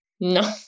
No